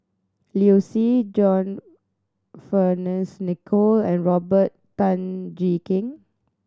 Liu Si John Fearns Nicoll and Robert Tan Jee Keng